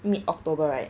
mid october right